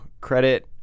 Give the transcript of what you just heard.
credit